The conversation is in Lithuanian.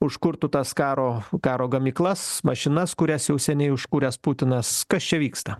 užkurtų tas karo karo gamyklas mašinas kurias jau seniai užkūręs putinas kas čia vyksta